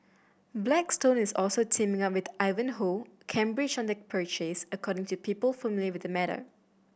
Blackstone is also teaming up with Ivanhoe Cambridge on the purchase according to people familiar with matter